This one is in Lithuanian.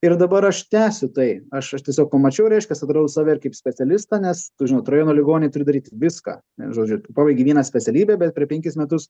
ir dabar aš tęsiu tai aš aš tiesiog pamačiau reiškias atradau save ir kaip specialistą nes kur žinot rajono ligoninėj turi daryt viską vienu žodžiu pabaigei vieną specialybę bet per penkis metus